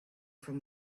from